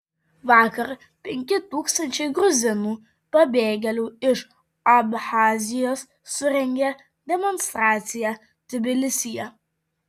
vakar penki tūkstančiai gruzinų pabėgėlių iš abchazijos surengė demonstraciją tbilisyje